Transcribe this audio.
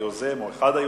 היוזם או את אחד היוזמים,